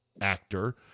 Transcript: actor